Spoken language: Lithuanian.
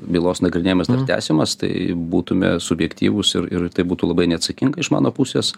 bylos nagrinėjimas dar tęsiamas tai būtume subjektyvūs ir ir tai būtų labai neatsakinga iš mano pusės